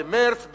במרס,